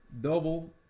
double